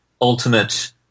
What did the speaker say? ultimate